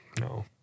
No